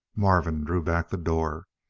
marvin drew back the door.